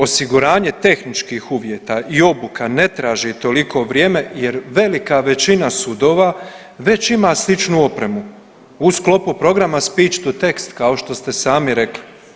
Osiguranje tehničkih uvjeta i obuka ne traži toliko vrijeme jer velika većina sudova već ima sličnu opremu u sklopu programa speech to text kao što ste sami rekli.